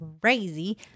crazy